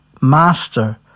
Master